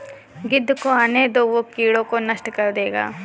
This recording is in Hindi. गिद्ध को आने दो, वो कीड़ों को नष्ट कर देगा